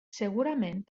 segurament